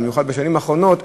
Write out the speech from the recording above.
במיוחד בשנים האחרונות,